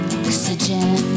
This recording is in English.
oxygen